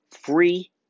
free